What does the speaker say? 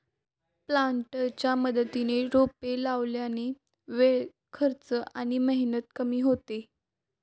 प्लांटरच्या मदतीने रोपे लावल्याने वेळ, खर्च आणि मेहनत कमी होते